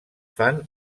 fan